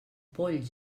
polls